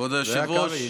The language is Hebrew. כבוד היושב-ראש,